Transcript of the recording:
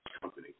company